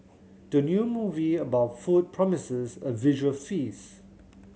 the new movie about food promises a visual feast